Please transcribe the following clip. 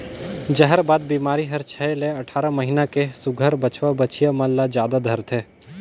जहरबाद बेमारी हर छै ले अठारह महीना के सुग्घर बछवा बछिया मन ल जादा धरथे